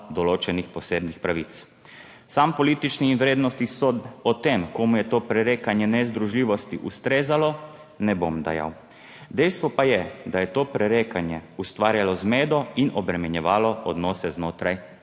določenih posebnih pravic. Sam političnih vrednostnih sodb o tem, komu je to prerekanje nezdružljivosti ustrezalo, ne bom dajal, dejstvo pa je, da je to prerekanje ustvarjalo zmedo in obremenjevalo odnose znotraj